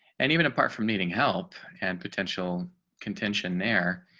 and even apart from needing help and potential contention there.